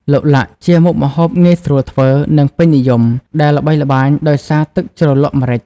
ឡុកឡាក់ជាមុខម្ហូបងាយស្រួលធ្វើ និងពេញនិយម ដែលល្បីល្បាញដោយសារទឹកជ្រលក់ម្រេច ។